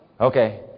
Okay